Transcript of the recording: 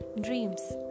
Dreams